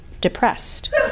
depressed